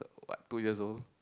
what two years old